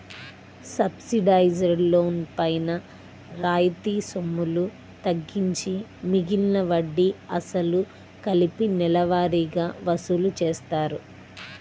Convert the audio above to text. subsidised loan పైన రాయితీ సొమ్ములు తగ్గించి మిగిలిన వడ్డీ, అసలు కలిపి నెలవారీగా వసూలు చేస్తారు